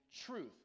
truth